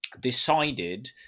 decided